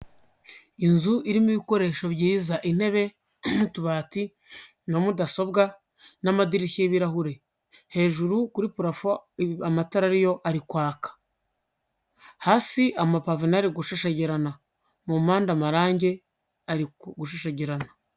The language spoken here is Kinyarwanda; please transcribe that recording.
Inzu irimo ibikoresho byiza intebe n'utubati na mudasobwa n'amadirishya y'ibirahure. Hejuru kuri parafo amatara ariyo ari kwaka. Hasi amapave nayo ari gushashagirana, mu mpande amarangi ari gushashagirana.